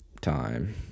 time